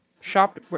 shop